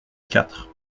quatre